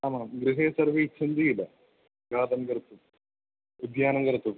आमां गृहे सर्वे इच्छन्ति इदं गातुं कर्तुम् उद्यानं कर्तुं